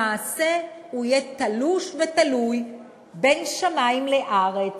למעשה הוא יהיה תלוש ותלוי בין שמים לארץ,